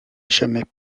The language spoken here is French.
jamais